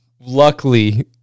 luckily